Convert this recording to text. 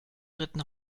dritten